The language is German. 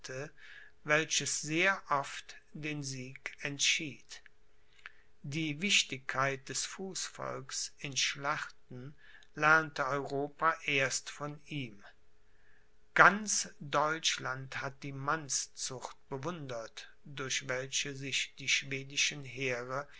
welches sehr oft den sieg entschied die wichtigkeit des fußvolks in schlachten lernte europa erst von ihm ganz deutschland hat die mannszucht bewundert durch welche sich die schwedischen heere